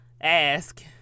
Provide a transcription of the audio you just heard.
ask